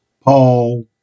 Paul